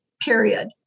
period